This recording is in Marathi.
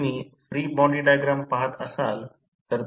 सर्किट च्या जवळ नाही कारण ते समजण्यासारखे आहे आणि I m 1 X m